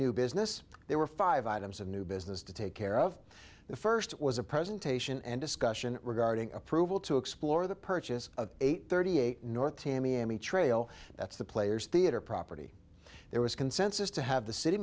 new business there were five items of new business to take care of the first was a presentation and discussion regarding approval to explore the purchase of eight thirty eight north tamiami trail that's the player's theatre property there was consensus to have the city